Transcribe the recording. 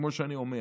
כמו שאני אומר,